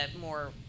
more